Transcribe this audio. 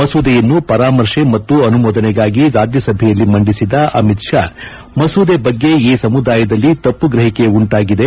ಮಸೂದೆಯನ್ನು ಪರಾಮರ್ಶೆ ಮತ್ತು ಅನುಮೋದನೆಗಾಗಿ ರಾಜ್ಲಸಭೆಯಲ್ಲಿ ಮಂಡಿಸಿದ ಅಮಿತ್ ಷಾ ಮಸೂದೆ ಬಗ್ಗೆ ಈ ಸಮುದಾಯದಲ್ಲಿ ತಪ್ಪು ಗ್ರಹಿಕೆ ಉಂಟಾಗಿದೆ